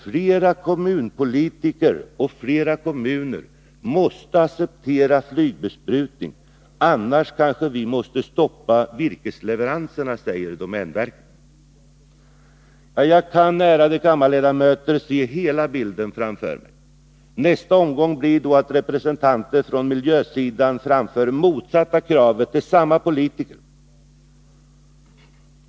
Fler kommunpolitiker och fler kommuner måste acceptera flygbesprutning annars kanske vi måste stoppa virkesleveranserna, säger domänverket där. Jag kan, ärade kammarledamöter, se hela bilden framför mig. Nästa omgång blir då att representanter för miljösidan framför motsatta krav till samma politiker.